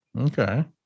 Okay